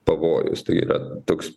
pavojus tai yra toks